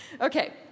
Okay